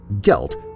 Gelt